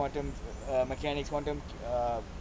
quantum mechanics quantum um